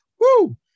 Woo